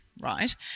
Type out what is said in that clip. right